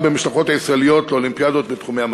במשלחות הישראליות לאולימפיאדות בתחומי המדע.